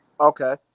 Okay